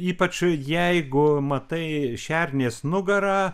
ypač jeigu matai šernės nugarą